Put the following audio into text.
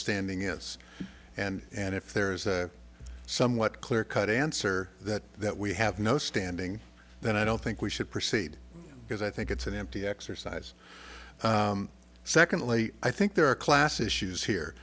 standing is and and if there is a somewhat clear cut answer that that we have no standing then i don't think we should proceed because i think it's an empty exercise secondly i think there are class